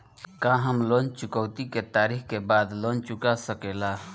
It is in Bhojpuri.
का हम लोन चुकौती के तारीख के बाद लोन चूका सकेला?